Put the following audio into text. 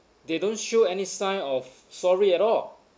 they don't show any sign of sorry at all